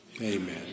Amen